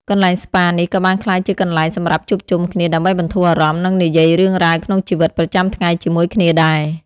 កន្លែងស្ប៉ានេះក៏បានក្លាយជាកន្លែងសម្រាប់ជួបជុំគ្នាដើម្បីបន្ធូរអារម្មណ៍ និងនិយាយរឿងរ៉ាវក្នុងជីវិតប្រចាំថ្ងៃជាមួយគ្នាដែរ។